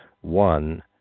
one